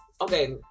okay